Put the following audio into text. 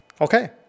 Okay